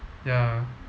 ya